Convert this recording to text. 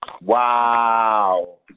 Wow